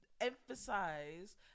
emphasize